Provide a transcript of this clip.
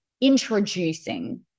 introducing